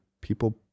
people